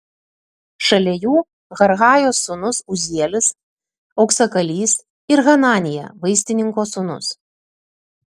šalia jų harhajos sūnus uzielis auksakalys ir hananija vaistininko sūnus